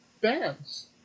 bands